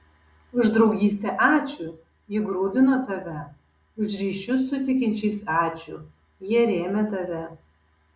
už draugystę ačiū ji grūdino tave už ryšius su tikinčiais ačiū jie rėmė tave